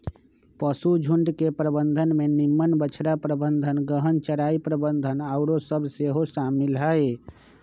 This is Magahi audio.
पशुझुण्ड के प्रबंधन में निम्मन बछड़ा प्रबंधन, गहन चराई प्रबन्धन आउरो सभ सेहो शामिल हइ